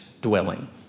dwelling